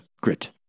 grit